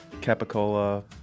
capicola